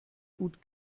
gut